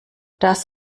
das